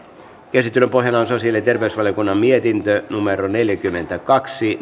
käsittelyn pohjana on sosiaali ja terveysvaliokunnan mietintö neljäkymmentäkaksi